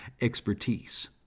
expertise